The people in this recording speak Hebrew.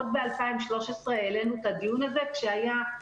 עוד ב-2013 העלינו את הדיון הזה כשמצנע